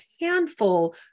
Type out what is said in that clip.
handful